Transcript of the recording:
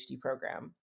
program